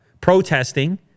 protesting